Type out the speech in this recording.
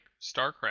StarCraft